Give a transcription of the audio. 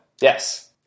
Yes